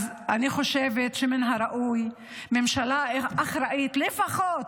אז אני חושבת שמן הראוי, ממשלה אחראית לפחות